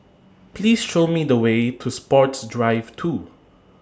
Please Show Me The Way to Sports Drive two